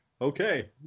okay